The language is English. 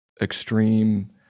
extreme